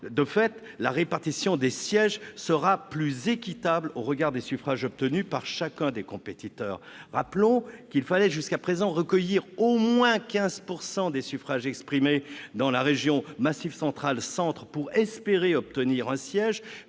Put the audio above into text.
De fait, la répartition des sièges sera plus équitable au regard des suffrages obtenus par chacun des compétiteurs. Rappelons qu'il fallait jusqu'à présent recueillir au moins 15 % des suffrages exprimés dans la région Massif central-Centre pour espérer obtenir un siège